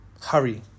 Hurry